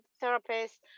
therapist